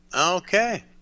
Okay